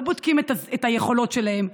לא בודקים את היכולות שלהם,